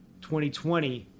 2020